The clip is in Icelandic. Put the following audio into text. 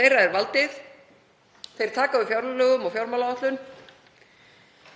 Þeirra er valdið. Þeir taka við fjárlögum og fjármálaáætlun.